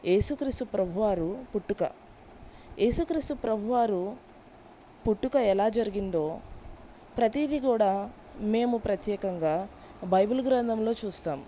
ఏసుక్రీస్తు ప్రభువారు పుట్టుక ఏసుక్రీస్తు ప్రభువారు పుట్టుక ఎలా జరిగిందో ప్రతీదీ కూడా మేము ప్రత్యేకంగా బైబిల్ గ్రంథంలో చూస్తాము